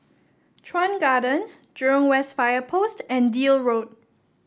Chuan Garden Jurong West Fire Post and Deal Road